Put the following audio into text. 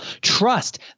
Trust